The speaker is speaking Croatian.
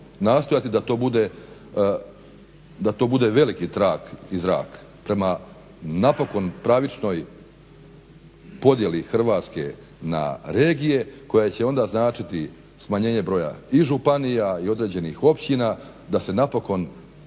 nastojati da to bude veliki trag i zrak prema napokon pravičnoj podjeli Hrvatske na regije koje će onda značiti smanjenje broja i županija i određenih općina da se napokon